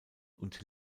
und